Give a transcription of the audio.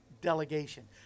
delegation